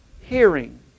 hearing